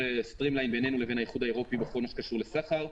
stream line בינינו לבין האיחוד האירופי בכל מה שקשור לסחר.